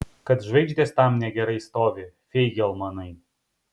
kad žvaigždės tam negerai stovi feigelmanai